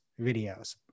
videos